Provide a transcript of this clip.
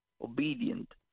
obedient